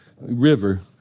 river